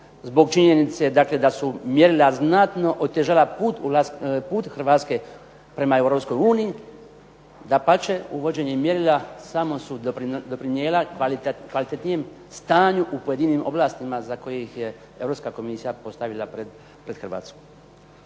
zbog činjenice dakle da su mjerila znatno otežala put Hrvatske prema Europskoj uniji. Dapače, uvođenje mjerila samo su doprinijela kvalitetnijem stanju u pojedinim oblastima za koje ih je Europska komisija postavila pred Hrvatsku.